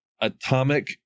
atomic